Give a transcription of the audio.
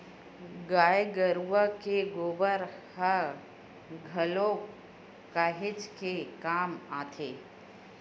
गाय गरुवा के गोबर ह घलोक काहेच के काम आथे